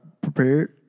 prepared